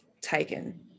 taken